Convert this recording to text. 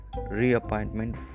reappointment